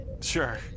Sure